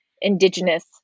indigenous